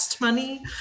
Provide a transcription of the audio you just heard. money